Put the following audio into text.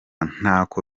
ntako